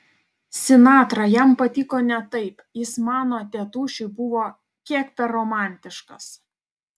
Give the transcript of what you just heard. sinatra jam patiko ne taip jis mano tėtušiui buvo kiek per romantiškas